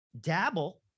dabble